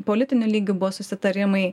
politiniu lygiu buvo susitarimai